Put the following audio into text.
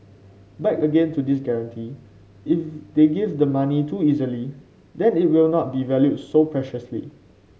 back again to this guarantee if they give the money too easily then it will not be valued so preciously